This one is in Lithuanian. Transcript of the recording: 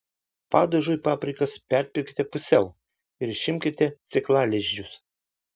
padažui paprikas perpjaukite pusiau ir išimkite sėklalizdžius